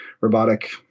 robotic